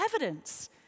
evidence